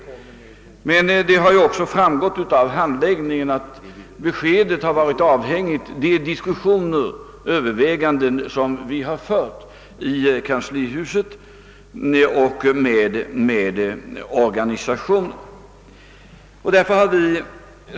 Det har emellertid också framgått av handläggningen att beskedet har varit avhängigt av de diskussioner vi har fört dels inom kanslihuset, dels med berörda organisationer.